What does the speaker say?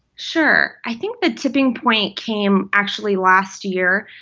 sure. i think the tipping point came actually last year.